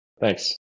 Thanks